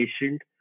patient